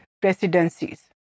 presidencies